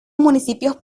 municipios